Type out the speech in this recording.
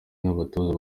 n’abatoza